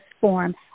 form